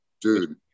dude